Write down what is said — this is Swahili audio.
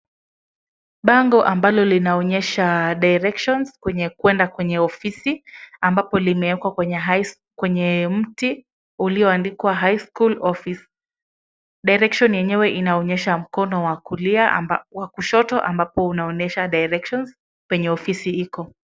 Bango ambalo linaonyesha directions kwenda kwenye ofisi ambapo limewekwa kwenye mti ulioandikwa high school office . Direction yenyewe inaonyesha mkono wa kulia wa kushoto ambapo unaonyesha directions kwenye ofisi iko.